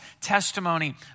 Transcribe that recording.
testimony